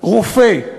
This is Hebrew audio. רופא,